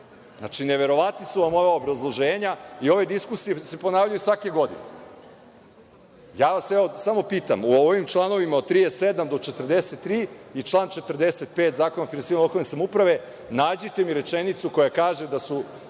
neverovatna su vam ova obrazloženje i ove diskusije se ponavljaju svake godine. Samo vas pitam u ovim članovima od 37. do 43. i član 45. Zakona o finansiranju lokalne samouprave, nađite mi rečenicu koja kaže da su